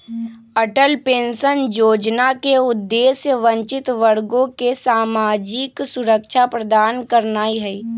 Atal pension जोजना के उद्देश्य वंचित वर्गों के सामाजिक सुरक्षा प्रदान करनाइ हइ